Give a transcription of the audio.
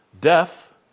death